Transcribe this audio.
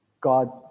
God